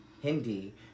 Hindi